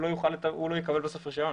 הוא בסוף לא יקבל רישיון.